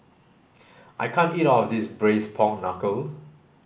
I can't eat all of this braise pork knuckle